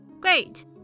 great